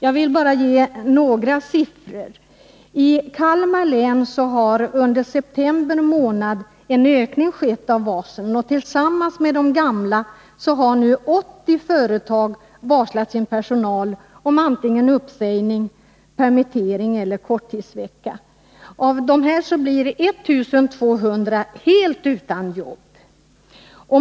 Jag vill bara ange några siffror: I Kalmar län har det under september månad skett en ökning av antalet utfärdade varsel. Tillsammans med tidigare aktuella företag har nu 80 företag varslat sin personal om uppsägning, permittering eller korttidsvecka. Av de varslade blir 1 200 personer helt utan jobb.